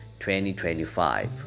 2025